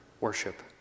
worship